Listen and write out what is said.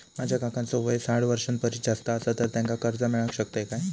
माझ्या काकांचो वय साठ वर्षां परिस जास्त आसा तर त्यांका कर्जा मेळाक शकतय काय?